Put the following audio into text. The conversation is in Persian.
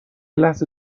لحظه